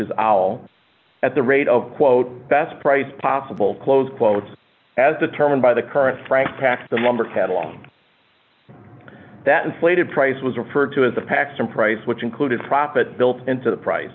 our at the rate of quote best price possible close quote as determined by the current frank tax the number catalog that inflated price was referred to as the paxton price which included profit built into the price